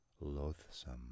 loathsome